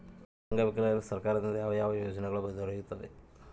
ಅಂಗವಿಕಲರಿಗೆ ಸರ್ಕಾರದಿಂದ ಯಾವ ಯಾವ ಯೋಜನೆಗಳು ದೊರೆಯುತ್ತವೆ?